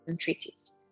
treaties